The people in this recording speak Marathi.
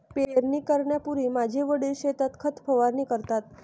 पेरणी करण्यापूर्वी माझे वडील शेतात खत फवारणी करतात